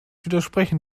widersprechen